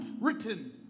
written